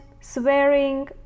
swearing